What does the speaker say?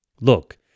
Look